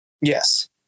Yes